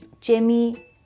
Jimmy